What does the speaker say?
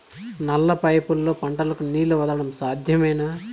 నల్ల పైపుల్లో పంటలకు నీళ్లు వదలడం సాధ్యమేనా?